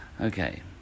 Okay